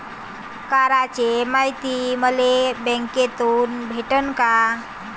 कराच मायती मले बँकेतून भेटन का?